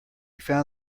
found